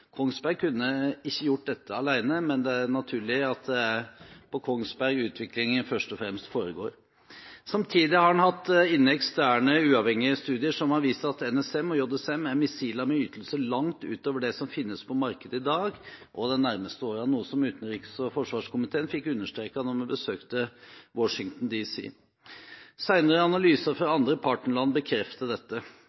Kongsberg kunne ikke gjort dette alene, men det er naturlig at det er på Kongsberg utviklingen først og fremst foregår. Samtidig har en hatt eksterne uavhengige studier som har vist at NSM og JSM er missiler med ytelse langt utover det som finnes på markedet i dag og de nærmeste årene, noe som utenriks- og forsvarskomiteen fikk understreket da vi besøkte Washington DC. Senere analyser fra